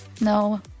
no